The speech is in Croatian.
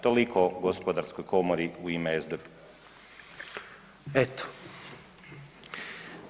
Toliko o gospodarskoj komori u ime SDP-a.